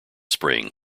spring